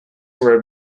were